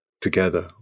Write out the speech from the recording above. together